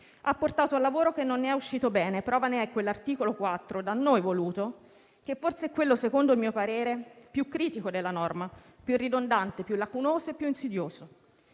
ha portato al lavoro che non è uscito bene: prova ne è quell'articolo 4 da noi voluto che forse è, secondo il mio parere, quello più critico della norma, più ridondante, più lacunoso e più insidioso.